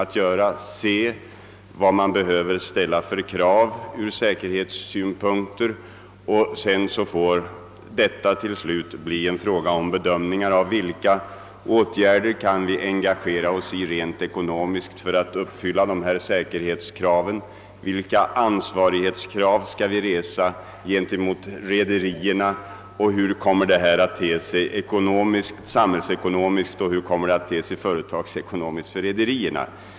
Man bör bestämma vilka krav som skall ställas ur säkerhetssynpunkt. Därefter måste man bedöma i vad mån åtgärder kan vidtas för att uppfylla dessa säkerhetskrav, vilka ansvarighetskrav som skall resas gentemot rederierna och vilka följder det hela kommer att få samhällsekonomiskt och företagsekonomiskt för rederierna.